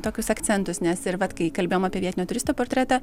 tokius akcentus nes ir vat kai kalbėjom apie vietinio turisto portretą